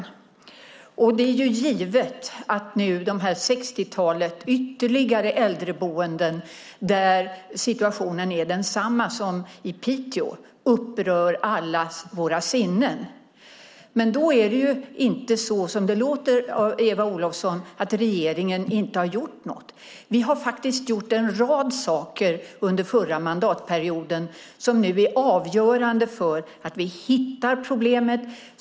Det är givet att det här sextiotalet ytterligare äldreboenden där situationen är densamma som i Piteå upprör allas våra sinnen. Men det är ju inte så som det låter på Eva Olofsson, nämligen att regeringen inte har gjort något. Vi har faktiskt gjort en rad saker under förra mandatperioden som nu är avgörande för att vi hittar problemet.